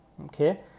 okay